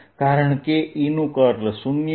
કારણકે E નું curl 0 છે